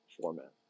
format